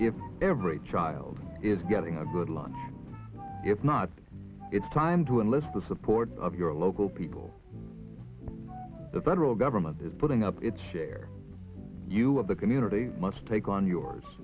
if every child is getting a good lunch if not it's time to enlist the support of your local people the federal government is putting up its share of the community must take on yours